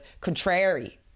contrary